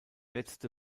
letzte